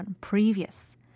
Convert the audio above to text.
previous